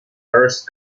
hearst